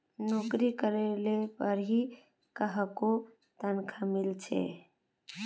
नोकरी करले पर ही काहको तनखा मिले छे